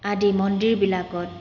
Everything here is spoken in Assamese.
আদি মন্দিৰবিলাকত